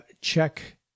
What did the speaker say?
Check